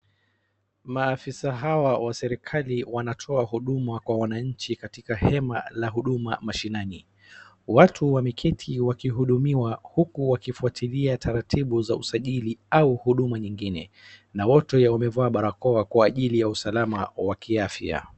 Maafisa hawa wa serikali wanatoa huduma kwa wananchi katika hema la huduma mashinani. Watu wameketi wakihudumiwa huku wakifuatilia taratibu za usajili au huduma nyingine, na wote wamevaa barakoa kwa ajili ya usalama wa kiafya.